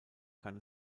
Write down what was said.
kann